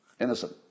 Innocent